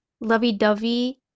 lovey-dovey